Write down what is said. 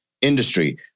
industry